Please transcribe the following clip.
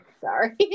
Sorry